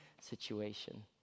situation